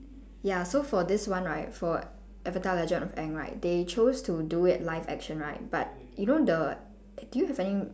ya so for this one right for avatar legend of aang right they chose to do it live action right but you know the do you have any